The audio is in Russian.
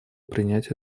принять